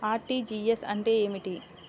RTGS అంటే ఏమిటి?